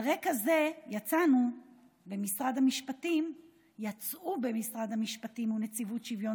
על רקע זה יצאו במשרד המשפטים ובנציבות שוויון